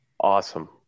awesome